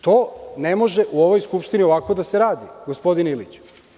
To ne može u ovoj skupštini ovako da se radi, gospodine Iliću.